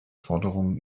forderungen